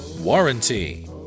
Warranty